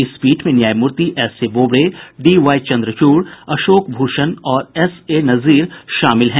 इस पीठ में न्यायमूर्ति S A Bobde D Y Chandrachud Ashok Bhushan और एस ए नजीर शामिल हैं